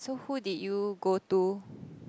so who did you go to